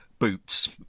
Boots